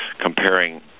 comparing